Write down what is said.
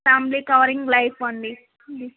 family covering life అండి